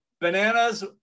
bananas